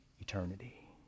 eternity